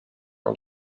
are